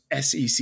sec